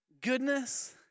goodness